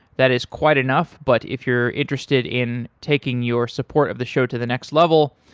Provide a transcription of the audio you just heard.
that is quite enough, but if you're interested in taking your support of the show to the next level,